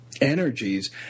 energies